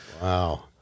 Wow